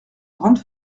grande